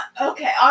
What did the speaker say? Okay